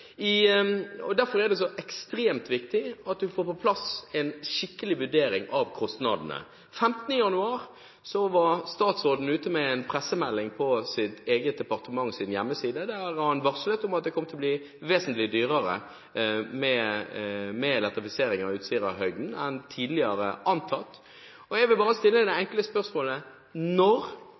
Derfor er det så ekstremt viktig at en får på plass en skikkelig vurdering av kostnadene. Den 15. januar var statsråden ute med en pressemelding på sitt eget departements hjemmeside, der han varslet om at det kom til å bli vesentlig dyrere med elektrifisering av Utsira-høyden enn tidligere antatt. Jeg vil bare stille det enkle spørsmålet: Når